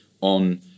on